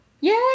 Yay